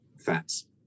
fats